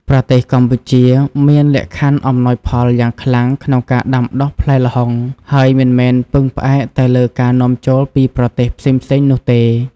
ប្រទេសកម្ពុជាមានលក្ខខណ្ឌអំណោយផលយ៉ាងខ្លាំងក្នុងការដាំដុះផ្លែល្ហុង ហើយមិនមែនពឹងផ្អែកតែលើការនាំចូលពីប្រទេសផ្សេងៗនោះទេ។